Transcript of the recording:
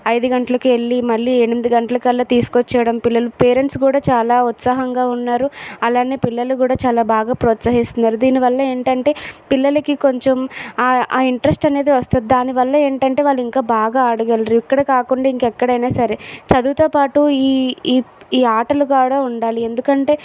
ఐదు గంటలకు వెళ్ళి మళ్ళి ఎనిమిది గంటలకు కల్లా తీసుకొచ్చేయడం పిల్లల పేరెంట్స్ కూడా చాలా ఉత్సాహంగా ఉన్నారు అలాగే పిల్లలు కూడా చాలా బాగా ప్రోత్సహిస్తున్నారు దీని వల్ల ఏంటంటే పిల్లలకి కొంచెం ఆ ఇంట్రెస్ట్ అనేది వస్తుంది దాని వల్ల ఏంటంటే వాళ్ళు ఇంకా బాగా ఆడగలరు ఇక్కడ కాకుండా ఇంకా ఎక్కడైనా సరే చదువుతోపాటు ఈ ఈ ఈ ఆటలు కూడా ఉండాలి ఎందుకంటే